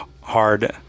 hard